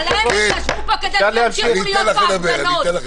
--- המשיכו להיות בהפגנות.